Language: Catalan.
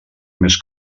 més